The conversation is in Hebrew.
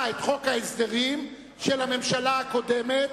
את חוק ההסדרים של הממשלה הקודמת,